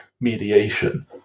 mediation